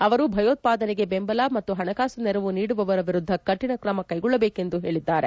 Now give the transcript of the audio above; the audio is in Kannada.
ಅವರು ಭಯೋತ್ವಾದನೆಗೆ ಬೆಂಬಲ ಮತ್ತು ಹಣಕಾಸು ನೆರವು ನೀಡುವವರ ವಿರುದ್ದ ಕಠಿಣ ಕ್ರಮಗಳನ್ನು ಕೈಗೊಳ್ಳಬೇಕು ಎಂದು ಹೇಳಿದ್ದಾರೆ